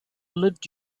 lived